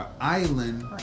island